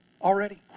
already